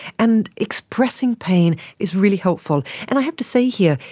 and expressing pain is really helpful. and i have to say here,